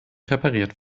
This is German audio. repariert